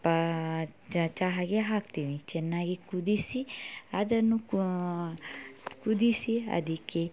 ಪಾ ಚಹಕ್ಕೆ ಹಾಕ್ತೀವಿ ಚೆನ್ನಾಗಿ ಕುದಿಸಿ ಅದನ್ನು ಕುದಿಸಿ ಅದಕ್ಕೆ